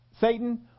Satan